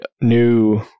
new